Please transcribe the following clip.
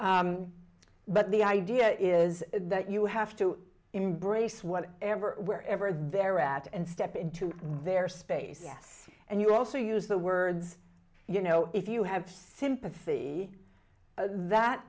but the idea is that you have to embrace what ever wherever they're at and step into their space yes and you also use the words you know if you have sympathy that